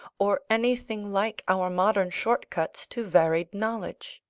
or anything like our modern shortcuts to varied knowledge.